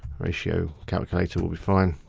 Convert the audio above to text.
ratio calculator will be fine.